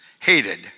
Hated